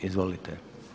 Izvolite.